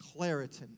Claritin